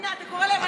תראה את ההייטק,